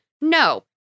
no